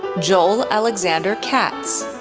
joel alexander katz,